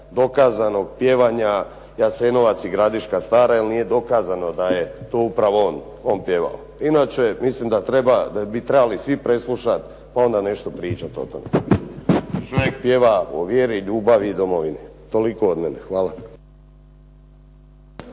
dokazanog pjevanja Jasenovac ili Stara Gradiška jel nije dokazano da je on to upravo pjevao. Inače, mislim da bi svi trebali preslušati pa onda pričati o tome. Čovjek pjeva o vjeri, ljubavi i domovini. Toliko od mene. Hvala.